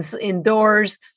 indoors